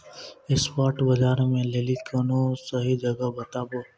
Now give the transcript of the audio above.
spot बजारो के लेली कोनो सही जगह बताबो